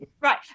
right